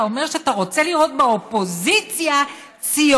אומר שאתה רוצה לראות באופוזיציה ציונים?